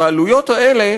והעלויות האלה,